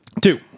two